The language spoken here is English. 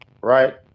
Right